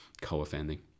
co-offending